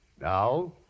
Now